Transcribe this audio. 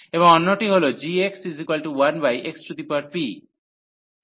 এবং অন্যটি হল gx1xp